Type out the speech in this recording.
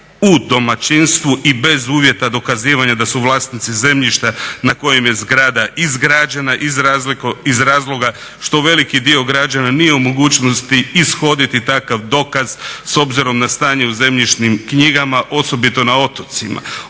u domaćinstvu i bez uvjeta dokazivanja da su vlasnici zemljišta na kojem je zgrada izgrađena iz razloga što veliki dio građana nije u mogućnosti ishoditi takav dokaz s obzirom na stanje u zemljišnim knjigama osobito na otocima.